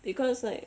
because like